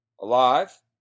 alive